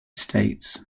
states